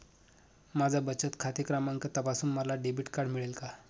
माझा बचत खाते क्रमांक तपासून मला डेबिट कार्ड मिळेल का?